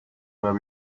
were